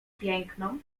piękną